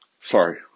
sorry